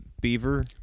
beaver